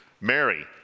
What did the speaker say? Mary